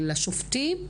לשופטים,